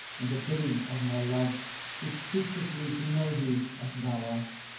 and the bidding of my love which teaches me to know thee as thou art.